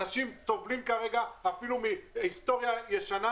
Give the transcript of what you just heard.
אנשים סובלים כרגע אפילו מהיסטוריה ישנה,